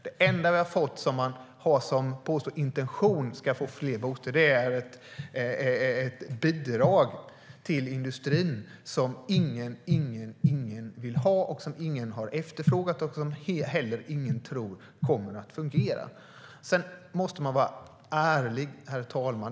Den enda intention som man påstår sig ha för att det ska bli fler bostäder är ett bidrag till industrin som ingen vill ha, som ingen har efterfrågat och som ingen heller tror kommer att fungera. Herr talman! Man måste vara ärlig.